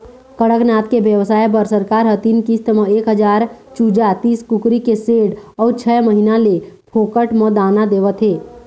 कड़कनाथ के बेवसाय बर सरकार ह तीन किस्त म एक हजार चूजा, तीस कुकरी के सेड अउ छय महीना ले फोकट म दाना देवत हे